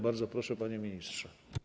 Bardzo proszę, panie ministrze.